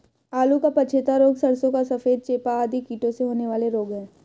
आलू का पछेता रोग, सरसों का सफेद चेपा आदि कीटों से होने वाले रोग हैं